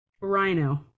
Rhino